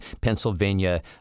Pennsylvania